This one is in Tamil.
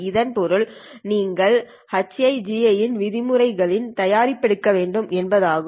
இதன் பொருள் நீங்கள் HiGi இன் விதிமுறை களின்தயாரிப்பு எடுக்க வேண்டும் என்பதாகும்